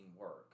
work